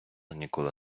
ніколи